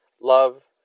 Love